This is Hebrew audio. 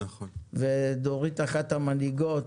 ודורית היא אחת המנהיגות